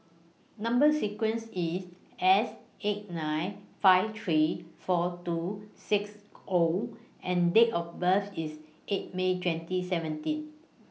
Number sequence IS S eight nine five three four two six O and Date of birth IS eight May twenty seventeen